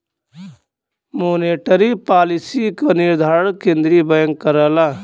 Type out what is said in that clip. monetary policy क निर्धारण केंद्रीय बैंक करला